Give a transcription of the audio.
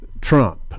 Trump